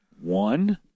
One